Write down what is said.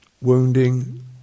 wounding